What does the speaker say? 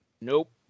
Nope